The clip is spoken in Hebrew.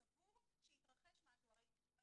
אם את שואלת אותי, הייתי מרחיבה את זה.